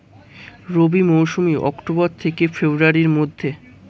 রবি মৌসুম অক্টোবর থেকে ফেব্রুয়ারির মধ্যে